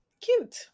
Cute